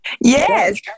Yes